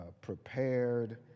prepared